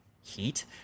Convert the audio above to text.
heat